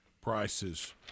prices